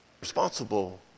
Responsible